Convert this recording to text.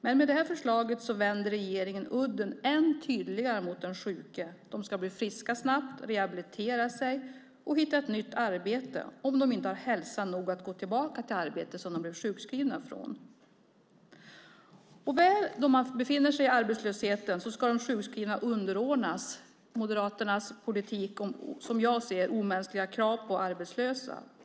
Men med det här förslaget vänder regeringen udden än tydligare mot de sjuka. De ska bli friska snabbt, rehabilitera sig och hitta ett nytt arbete om de inte har hälsan nog att gå tillbaka till det arbete som de blivit sjukskrivna ifrån. När de väl befinner i arbetslösheten ska de sjukskrivna underordnas Moderaternas politik om, som jag ser, omänskliga krav på arbetslösa.